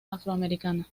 afroamericana